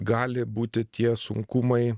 gali būti tie sunkumai